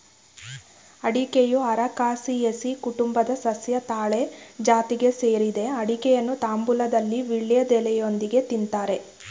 ಅಡಿಕೆಯು ಅರಕಾಸಿಯೆಸಿ ಕುಟುಂಬದ ಸಸ್ಯ ತಾಳೆ ಜಾತಿಗೆ ಸೇರಿದೆ ಅಡಿಕೆಯನ್ನು ತಾಂಬೂಲದಲ್ಲಿ ವೀಳ್ಯದೆಲೆಯೊಂದಿಗೆ ತಿನ್ತಾರೆ